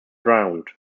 drowned